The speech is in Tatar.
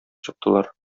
чыктылар